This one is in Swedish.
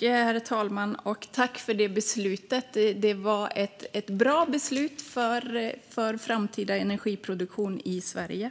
Herr talman! Jag tackar för det beslutet. Det var ett bra beslut för framtida energiproduktion i Sverige.